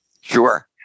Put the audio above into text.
Sure